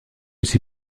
aussi